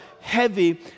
heavy